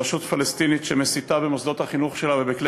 לרשות פלסטינית שמסיתה במוסדות החינוך שלה ובכלי